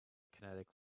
kinetic